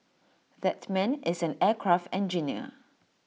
that man is an aircraft engineer